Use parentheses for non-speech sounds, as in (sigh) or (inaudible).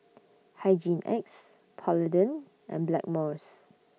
(noise) Hygin X Polident and Blackmores